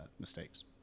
mistakes